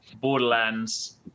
Borderlands